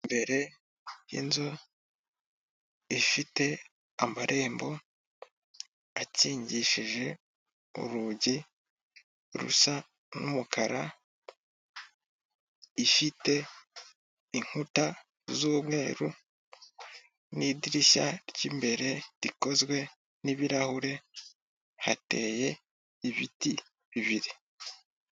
Imbere y'inzu ifite amarembo akingishije urugi rusa n'umukara ifite inkuta z'umweru nidirishya ry'imbere rikozwe nibirahure hateye ibiti bibiri .